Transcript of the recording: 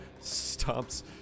stops